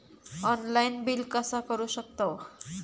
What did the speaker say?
Online bill कसा करु शकतव?